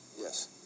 yes